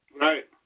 Right